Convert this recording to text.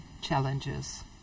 challenges